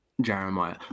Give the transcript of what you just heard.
Jeremiah